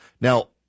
Now